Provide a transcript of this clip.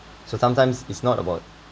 so sometimes is not about